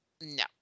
no